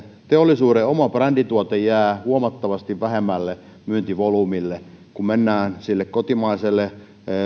teollisuuden oma brändituote jää huomattavasti vähemmälle myyntivolyymille kun mennään sille kotimaiselle